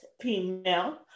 female